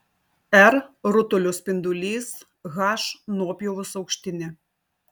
r rutulio spindulys h nuopjovos aukštinė